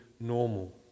normal